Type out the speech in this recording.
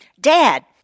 Dad